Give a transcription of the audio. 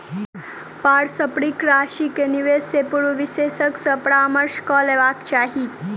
पारस्परिक राशि के निवेश से पूर्व विशेषज्ञ सॅ परामर्श कअ लेबाक चाही